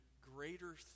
greater